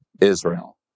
Israel